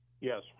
Yes